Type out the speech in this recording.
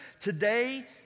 Today